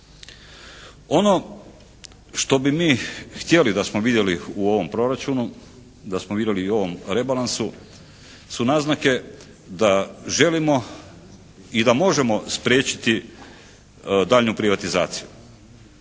Ono što bi mi htjeli da smo vidjeli u ovom proračunu, da smo vidjeli i u ovom rebalansu su naznake da želimo i da možemo spriječiti daljnju privatizaciju.